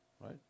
right